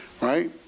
right